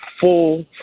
full